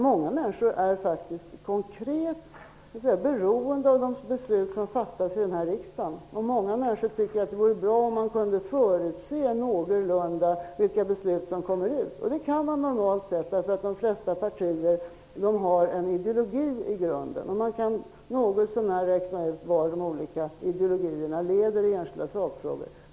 Många människor är faktiskt konkret beroende av de beslut som fattas i denna riksdag, och många människor tycker att det vore bra om man någorlunda kunde förutse vilka beslut som skall fattas. Det kan man normalt sett göra, eftersom de flesta partier har en ideologi i grunden. Det gör att man något så när kan räkna ut var de olika ideologierna lever i enskilda sakfrågor.